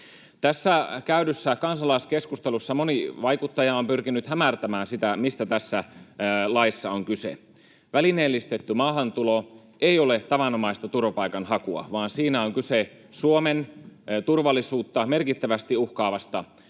Tässä käydyssä kansalaiskeskustelussa moni vaikuttaja on pyrkinyt hämärtämään sitä, mistä tässä laissa on kyse. Välineellistetty maahantulo ei ole tavanomaista turvapaikanhakua, vaan siinä on kyse Suomen turvallisuutta merkittävästi uhkaavasta ilmiöstä,